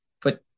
put